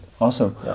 Awesome